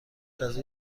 غذا